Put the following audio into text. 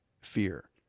fear